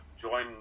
join